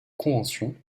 convention